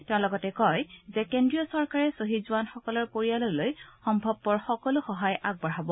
তেওঁ কয় যে কেন্দ্ৰীয় চৰকাৰে শ্বহীদ জোৱানসকলৰ পৰিয়াললৈ সম্ভৱপৰ সকলো সহায় আগবঢ়াব